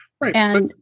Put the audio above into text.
Right